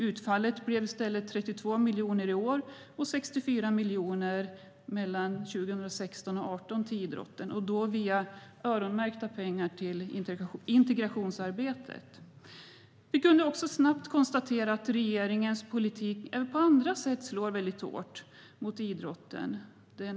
Utfallet blev i stället 32 miljoner i år och 64 miljoner mellan 2016 och 2018 till idrotten, och då via öronmärkta pengar till integrationsarbetet. Vi kunde också snabbt konstatera att regeringens politik slår väldigt hårt mot idrottsrörelsen även på andra sätt.